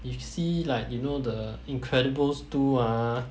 if you see like you know the incredibles two ah